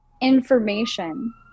information